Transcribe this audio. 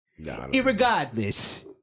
Irregardless